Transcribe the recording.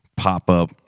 pop-up